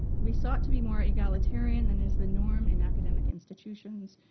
we sought to be more egalitarian than is the norm in academic institutions.